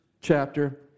chapter